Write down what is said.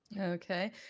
Okay